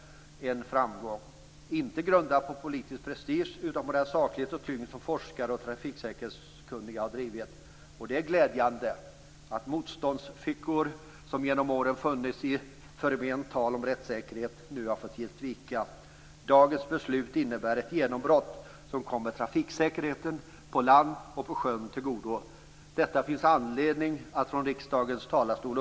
Denna framgång är inte grundad på politisk prestige utan på den saklighet och den tyngd med vilken forskare och trafiksäkerhetskunniga har drivit detta. Det är glädjande att de motståndsfickor som genom åren kommit med förment tal om rättssäkerhet nu har fått ge vika. Dagens beslut innebär ett genombrott som kommer trafiksäkerheten på land och på sjön till godo. Detta finns det anledning att upprepa från riksdagens talarstol.